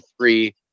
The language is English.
three